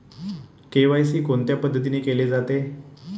KYC कोणत्या पद्धतीने केले जाते?